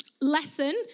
lesson